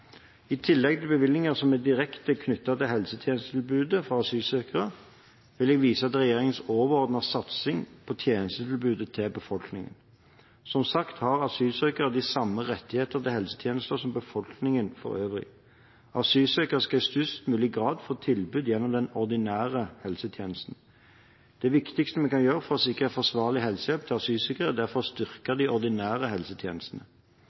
I tillegg til bevilgninger som er direkte knyttet til helsetjenestetilbudet for asylsøkere, vil jeg vise til regjeringens overordnede satsing på helsetjenestetilbudet til befolkningen. Som sagt har asylsøkere de samme rettigheter til helsetjenester som befolkningen for øvrig. Asylsøkere skal i størst mulig grad få tilbud gjennom de ordinære helsetjenestene. Det viktigste vi kan gjøre for å sikre forsvarlig helsehjelp til asylsøkere, er derfor å styrke de ordinære helsetjenestene.